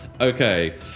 Okay